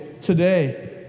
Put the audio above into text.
today